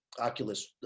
Oculus